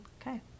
Okay